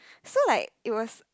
so like it was